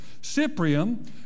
Cyprium